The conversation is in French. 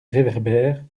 réverbère